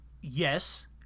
yes